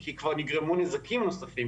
כי כבר נגרמו נזקים נוספים.